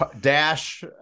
Dash